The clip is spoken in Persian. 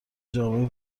جامعه